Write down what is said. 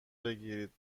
بگیرید